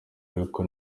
ariko